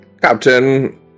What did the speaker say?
captain